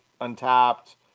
untapped